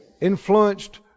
Influenced